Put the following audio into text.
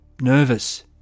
nervous